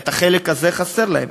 החלק הזה חסר להם.